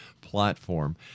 platform